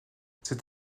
cet